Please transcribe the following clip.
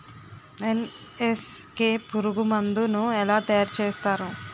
NSK పురుగు మందు ను ఎలా తయారు చేస్తారు?